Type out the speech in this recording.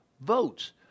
votes